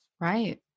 Right